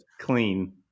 clean